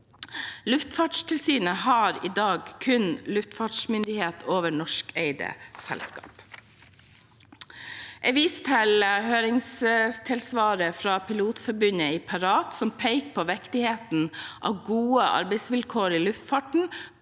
Luftfartstilsynet har i dag kun tilsynsmyndighet over norskeide selskaper. Jeg viser til høringssvaret fra Pilotforbundet i Parat, som peker på viktigheten av gode arbeidsvilkår i luftfarten,